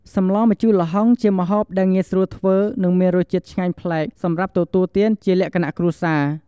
សម្លម្ជូរល្ហុង ជាម្ហូបដែលងាយស្រួលធ្វើ និងមានរសជាតិឆ្ងាញ់ប្លែក សម្រាប់ទទួលទានជាលក្ខណៈគ្រួសារ។